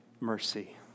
mercy